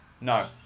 No